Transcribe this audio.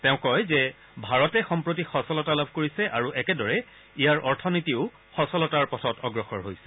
তেওঁ কয় যে ভাৰতে সম্প্ৰতি সচলতা লাভ কৰিছে আৰু একেদৰে ইয়াৰ অথনীতিও সচলতাৰ পথত অগ্ৰসৰ হৈছে